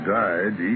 died